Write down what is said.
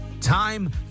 time